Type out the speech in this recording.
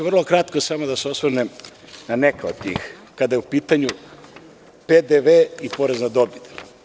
Vrlo kratko ću se osvrnuti na neka od njih, kada je u pitanju PDV i porez na dobit.